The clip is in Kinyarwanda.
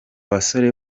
basore